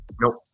Nope